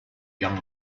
young